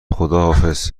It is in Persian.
خداحافظ